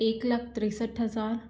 एक लाख तिरेसठ हज़ार